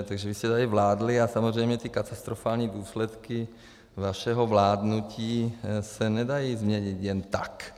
Takže vy jste tady vládli a samozřejmě ty katastrofální důsledky vašeho vládnutí se nedají změnit jen tak.